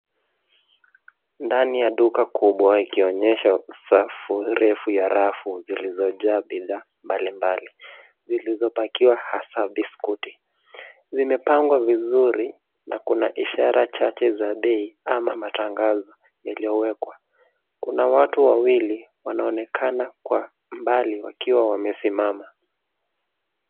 Ndani ya duka kubwa ikionyesha safu refu ya rafu zilizojaa bidhaa mbalimbali; zilizopakiwa hasa biscuti. Vimepangwa vizuri na kuna ishara chache za bei ama matangazo zilizowekwa. Kuna watu wawili wanaonekana kwa mbali wakiwa wamesimama.